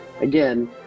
Again